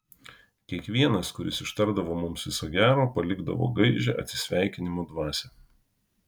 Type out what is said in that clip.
kiekvienas kuris ištardavo mums viso gero palikdavo gaižią atsisveikinimo dvasią